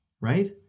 right